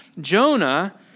Jonah